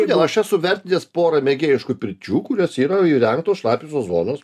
kodėl aš esu vertinęs porą mėgėjiškų pirčių kurios yra įrengtos šlapiosios zonos